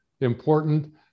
important